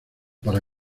para